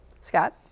Scott